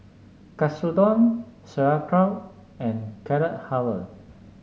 Katsudon Sauerkraut and Carrot Halwa